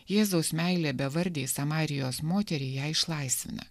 jėzaus meilė bevardei samarijos moteriai ją išlaisvina